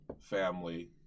family